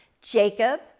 Jacob